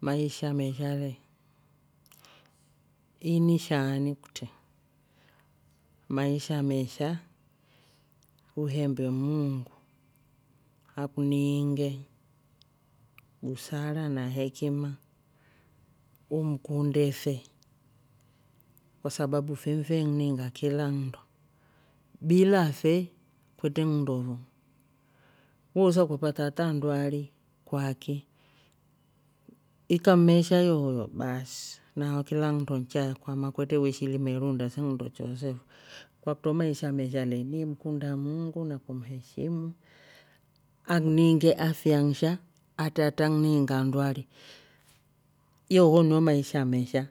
Maisha mesha le ini shaani kutri maisha mesha uhembe muungu akuniinge busara na hekima umkunde fe. kwa sababu fe nfe ekuniinga kila nndo bila fe kwetre nndo fo ye wosa ukapata hata ndwari kwakii. ikammesha yooyo baasi nahoo kilanndo chaekwama kwetre weshi ilima iruunda se nndo choose fo kwakutro maisha mesha le ni imkunda muungu na kuheshimu akuniinge afya nsha atra atakuniinga ndwari nyooho ndo maisha mesha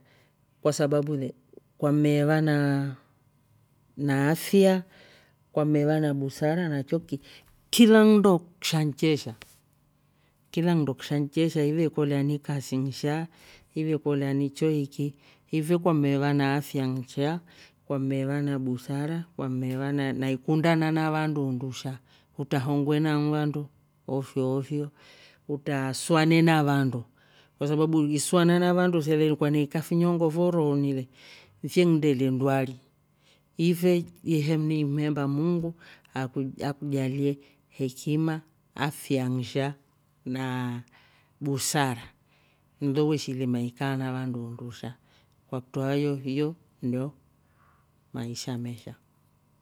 kwa sababu le kwammeva naa afya kwammeva na busara na choki kila nndo kisha nchesha. kila nndo kisha nchesha ili kolya ni kasi nsha. ive kolya ni choiki. ife ukammeva na afya nsha kwammeva na busara. kwa mmeva na ikundana na vandu undusha hutra hongwe na vandru ofyo ofyo utraasuane na vandu kwasabu isuana na vandru se kwaveikya finyingo fyo rohoni fyekundelie ndwarii ife ni mhemba muungu aku- akujalie hekima afya nsha naa busara nlo weshi ilima ikaa na vandu undusha kwakutro hayo- hiyo maisha mesha.